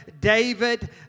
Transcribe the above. David